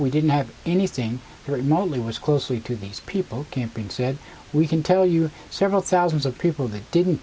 we didn't have anything remotely was closely to these people camping said we can tell you several thousands of people that didn't